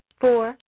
Four